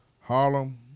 Harlem